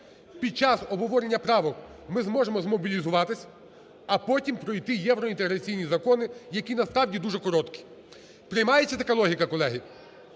Під час обговорення правок ми зможемо змобілізуватися, а потім пройти євроінтеграційні закони, які насправді дуже короткі. Приймається така логіка, колеги?